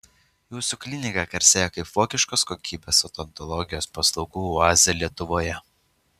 jūsų klinika garsėja kaip vokiškos kokybės odontologijos paslaugų oazė lietuvoje